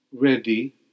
ready